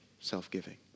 self-giving